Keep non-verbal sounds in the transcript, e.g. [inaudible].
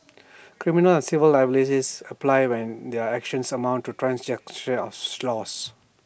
criminal and civil liabilities apply when their actions amount to [unintelligible] of such laws